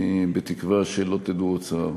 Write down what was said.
בתקווה שלא תדעו עוד צער.